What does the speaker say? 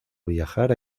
viajar